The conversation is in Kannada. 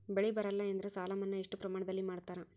ಬೆಳಿ ಬರಲ್ಲಿ ಎಂದರ ಸಾಲ ಮನ್ನಾ ಎಷ್ಟು ಪ್ರಮಾಣದಲ್ಲಿ ಮಾಡತಾರ?